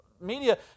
media